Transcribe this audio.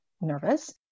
nervous